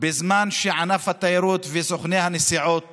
בזמן שענף התיירות וסוכני הנסיעות